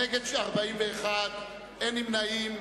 41 נגד ואין נמנעים.